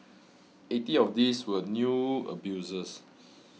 eighty of these were new abusers